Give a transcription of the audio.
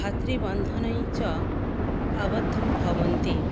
भात्रृबन्धवैः च आबद्धं भवन्ति